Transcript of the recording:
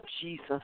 Jesus